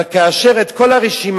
אבל כאשר את כל הרשימה,